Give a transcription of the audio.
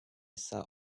sat